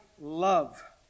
love